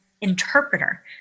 interpreter